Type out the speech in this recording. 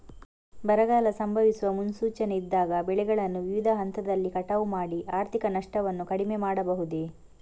ಬರಗಾಲ ಸಂಭವಿಸುವ ಮುನ್ಸೂಚನೆ ಇದ್ದಾಗ ಬೆಳೆಗಳನ್ನು ವಿವಿಧ ಹಂತದಲ್ಲಿ ಕಟಾವು ಮಾಡಿ ಆರ್ಥಿಕ ನಷ್ಟವನ್ನು ಕಡಿಮೆ ಮಾಡಬಹುದೇ?